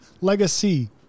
Legacy